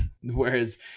whereas